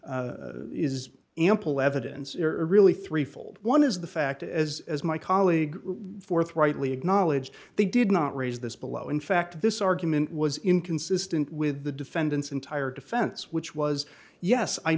is ample evidence there are really three fold one is the fact as as my colleague forthrightly acknowledged they did not raise this below in fact this argument was inconsistent with the defendant's entire defense which was yes i